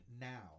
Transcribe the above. now